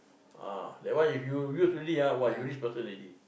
ah that one if you use already ah !wah! you rich person already